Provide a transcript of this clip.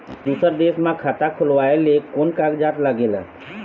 दूसर देश मा खाता खोलवाए ले कोन कागजात लागेल?